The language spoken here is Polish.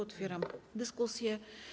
Otwieram dyskusję.